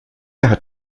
hat